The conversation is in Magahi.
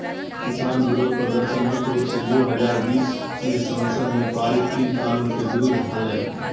किसान विरोध प्रदर्शन मुख्य रूप से दो हजार बीस मे संसद में पारित तीन कानून के विरुद्ध हलई